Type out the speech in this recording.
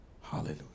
Hallelujah